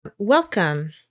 Welcome